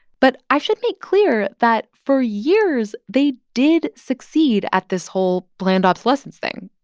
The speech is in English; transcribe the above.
but i should make clear that for years, they did succeed at this whole planned obsolescence thing.